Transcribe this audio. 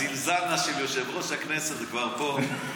הזינזאנה של יושב-ראש הכנסת כבר פה,